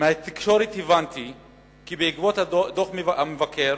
מהתקשורת הבנתי כי בעקבות דוח המבקר